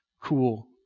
cool